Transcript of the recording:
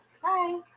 hi